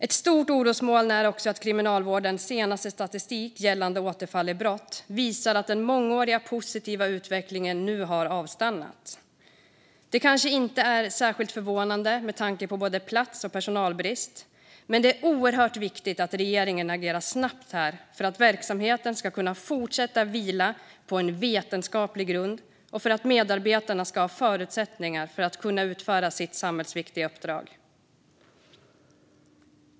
Ett stort orosmoln är också att Kriminalvårdens senaste statistik gällande återfall i brott visar att den mångåriga positiva utvecklingen nu har avstannat. Detta är kanske inte särskilt förvånande med tanke på både plats och personalbrist, men det är oerhört viktigt att regeringen här agerar snabbt för att verksamheten ska kunna fortsätta vila på vetenskaplig grund och för att medarbetarna ska ha förutsättningar att utföra sitt samhällsviktiga uppdrag.